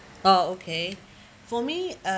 oh okay for me uh